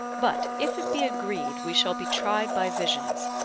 but if it be agreed we shall be tried by visions,